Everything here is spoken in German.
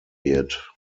wird